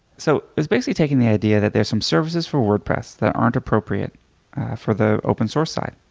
so it was basically taking the idea that there are some services for wordpress that aren't appropriate for the open-source side,